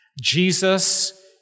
Jesus